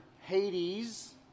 Hades